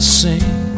sing